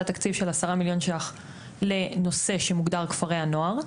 תקציב של 10 מיליון ₪ לנושא שמוגדר כפרי הנוער.